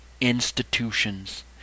institutions